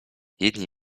jedni